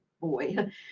boy